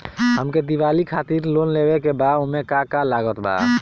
हमके दिवाली खातिर लोन लेवे के बा ओमे का का लागत बा?